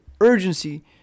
urgency